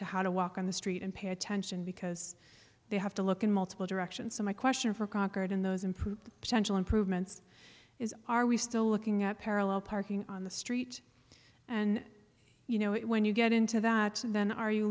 to how to walk on the street and pay attention because they have to look in multiple directions so my question for conquered in those improved potential improvements is are we still looking at parallel parking on the street and you know it when you get into that then are you